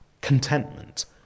contentment